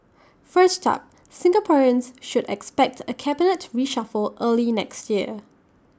first up Singaporeans should expect A cabinet reshuffle early next year